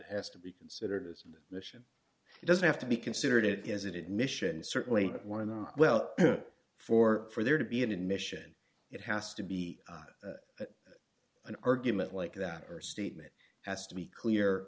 has to be considered as a mission it doesn't have to be considered it is it mission certainly one of the well for for there to be an admission it has to be an argument like that or statement has to be clear